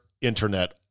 internet